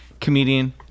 comedian